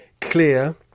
clear